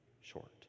short